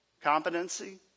Competency